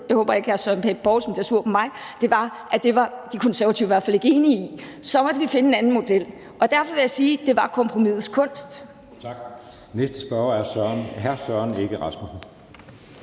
jeg håber ikke, hr. Søren Pape Poulsen bliver sur på mig – og det er, at det var De Konservative i hvert fald ikke enige i. Så måtte vi finde en anden model. Og derfor vil jeg sige, at det var kompromisets kunst. Kl. 13:19 Anden næstformand (Jeppe Søe):